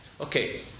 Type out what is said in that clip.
Okay